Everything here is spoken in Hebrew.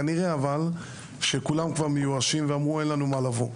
אבל כנראה שכולם כבר מיואשים ואמרו: אין לנו מה לבוא.